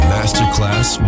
Masterclass